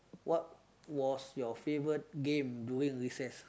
what was your favourite game during recess